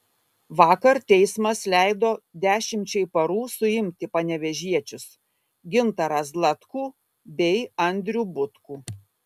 vakar teismas leido dešimčiai parų suimti panevėžiečius gintarą zlatkų bei andrių butkų